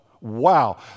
Wow